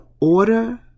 order